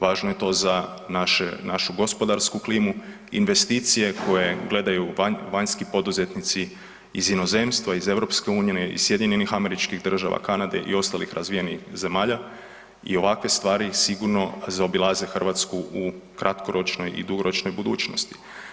Važno je to za naše, našu gospodarsku klimu, investicije koje gledaju vanjski poduzetnici iz inozemstva, iz EU-a, iz SAD, Kanade i ostalih razvijenih zemalja i ovakve stvari sigurno zaobilaze Hrvatsku u kratkoročnoj i dugoročnoj budućnosti.